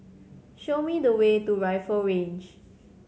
show me the way to Rifle Range